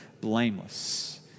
blameless